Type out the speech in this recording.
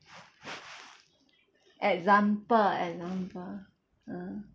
example example ah